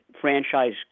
franchise